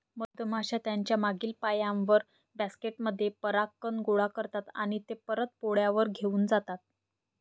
मधमाश्या त्यांच्या मागील पायांवर, बास्केट मध्ये परागकण गोळा करतात आणि ते परत पोळ्यावर घेऊन जातात